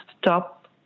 stop